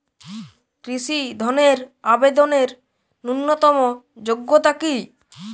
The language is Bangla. কৃষি ধনের আবেদনের ন্যূনতম যোগ্যতা কী?